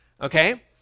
okay